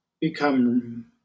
become